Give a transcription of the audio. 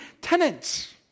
tenants